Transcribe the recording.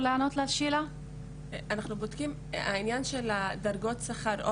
העניין של דרגות השכר,